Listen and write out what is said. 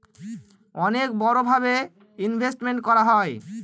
অনেক বড়ো ভাবে ইনভেস্টমেন্ট করা হয়